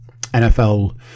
NFL